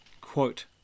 quote